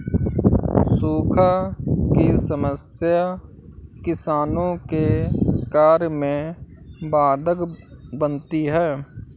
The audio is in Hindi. सूखा की समस्या किसानों के कार्य में बाधक बनती है